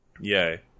Yay